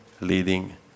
leading